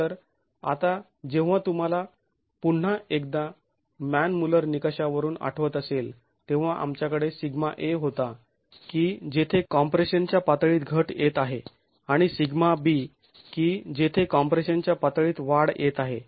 तर आता जेव्हा तुम्हाला पुन्हा एकदा मान मुल्लर निकषावरून आठवत असेल तेव्हा आमच्याकडे σa होता की जेथे कॉम्प्रेशन च्या पातळीत घट येत आहे आणि σb की जेथे कॉम्प्रेशन च्या पातळीत वाढ येत आहे